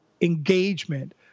engagement